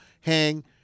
hang